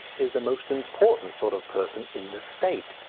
is the most important sort of person in the state.